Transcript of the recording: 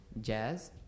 jazz